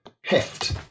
heft